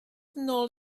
nôl